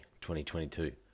2022